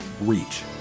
reach